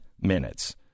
minutes